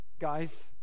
guys